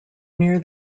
near